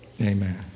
Amen